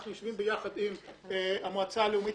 אנחנו יושבים ביחד עם המועצה הלאומית